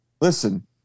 listen